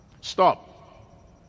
Stop